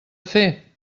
fer